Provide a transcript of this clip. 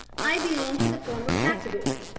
i belong to the former category.